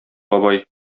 бабай